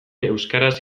euskaraz